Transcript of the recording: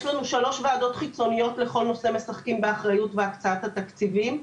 יש לנו שלוש וועדות חיצוניות לכל נושא משחקים באחריות והקצאת התקציבים.